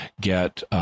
get